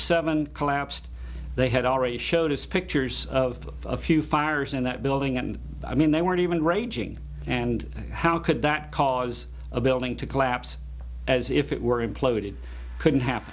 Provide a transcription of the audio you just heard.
seven collapsed they had already showed us pictures of a few fires in that building and i mean they weren't even raging and how could that cause a building to collapse as if it were imploded couldn't ha